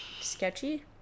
Sketchy